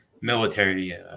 military